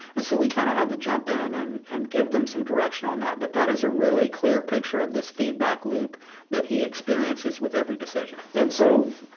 and so we kind of had to jump in and and give them some direction on that. but that is a really clear picture of this feedback loop that he experiences with every decision. and so